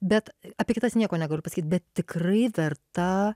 bet apie kitas nieko negaliu pasakyt bet tikrai verta